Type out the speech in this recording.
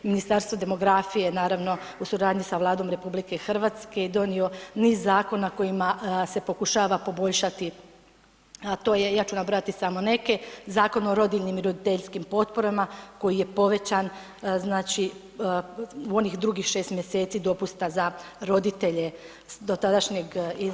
Ministarstvo demografije, naravno u suradnji sa Vladom RH je donio niz zakona kojima se pokušava poboljšati, a to je, ja ću nabrojati samo neke, Zakon o rodiljnim i roditeljskim potporama, koji je povećan znači u onih drugih 6 mjeseci dopusta za roditelje do tadašnjeg [[Upadica: Hvala.]] 2 tisuće…